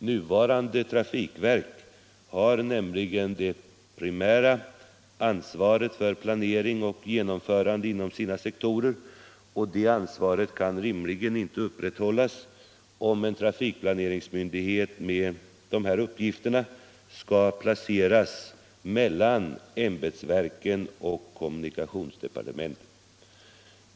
Nuvarande Trafikpolitiken Trafikpolitiken trafikverk har nämligen det primära ansvaret för planering och genomförande inom sina sektorer, och det ansvaret kan rimligen inte upprätthållas om en trafikplaneringsmyndighet med angivna uppgifter placeras mellan ämbetsverken och kommunikationsdepartementet.